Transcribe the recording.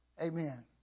Amen